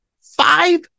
five